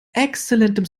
exzellentem